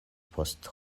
post